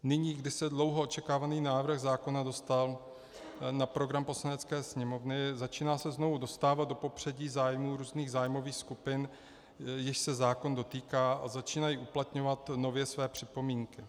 Nyní, když se dlouho očekávaný návrh zákona dostal na program Poslanecké sněmovny, se začíná znovu dostávat do popředí zájmu různých zájmových skupin, jichž se zákon dotýká, a začínají uplatňovat nově své připomínky.